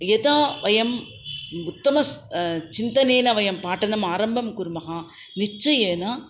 यदा वयम् उत्तमचिन्तनेन वयं पाठनम् आरम्भं कुर्मः निश्चयेन